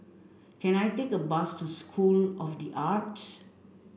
can I take a bus to School of The Arts